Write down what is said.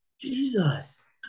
Jesus